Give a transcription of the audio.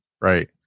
Right